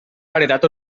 paredat